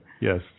Yes